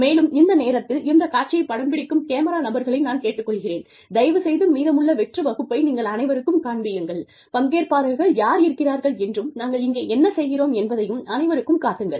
மேலும் இந்த நேரத்தில் இந்த காட்சியை படம் பிடிக்கும் கேமரா நபர்களை நான் கேட்டுக் கொள்கிறேன் தயவு செய்து மீதமுள்ள வெற்று வகுப்பை நீங்கள் அனைவருக்கும் காண்பியுங்கள் பங்கேற்பாளர்கள் யார் இருக்கிறார்கள் என்றும் நாங்கள் இங்கே என்ன செய்கிறோம் என்பதையும் அனைவருக்கும் காட்டுங்கள்